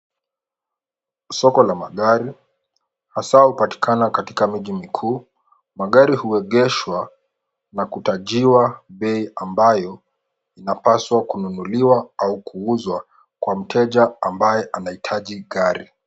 Soko la magari hasa hupatikana katika miji mikuu. Magari huegeshwa na kutajiwa bei ambayo inapaswa kununuliwa au kuuzwa kwa mteja ambaye anaitaji gari.